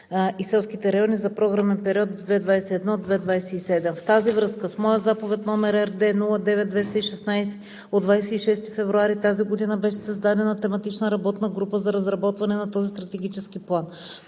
и селските райони за програмен период 2021 – 2027 г. В тази връзка с моя Заповед № РД-09-216 от 26 февруари тази година беше създадена тематична работна група за разработване на този стратегически план.